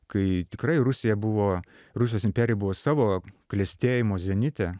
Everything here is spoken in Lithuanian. kai tikrai rusija buvo rusijos imperija buvo savo klestėjimo zenite